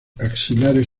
axilares